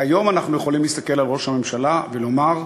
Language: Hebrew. והיום אנחנו יכולים להסתכל על ראש הממשלה ולומר: